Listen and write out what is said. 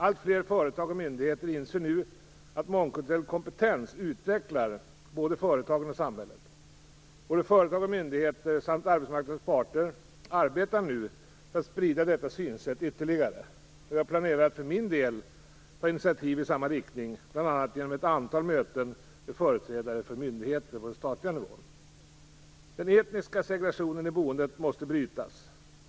Alltfler företag och myndigheter inser nu att mångkulturell kompetens utvecklar både företagen och samhället. Både företag och myndigheter samt arbetsmarknadens parter arbetar nu för att sprida detta synsätt ytterligare. Jag planerar att för min del ta initiativ i samma riktning, bl.a. genom ett antal möten med företrädare för myndigheter på den statliga nivån. Den etniska segregationen i boendet måste brytas.